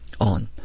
on